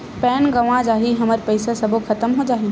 Pan गंवा जाही हमर पईसा सबो खतम हो जाही?